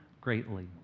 greatly